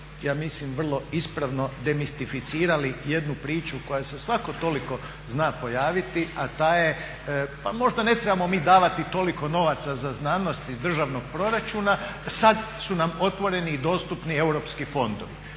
ja mislim vrlo ispravno demistificirali jednu priču koja se svako toliko zna pojaviti a ta je, pa možda ne trebamo mi davati toliko novaca za znanost iz državnog proračuna, sad su nam otvoreni i dostupni europski fondovi.